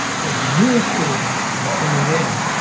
for the new students that are coming in